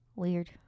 Weird